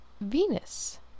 Venus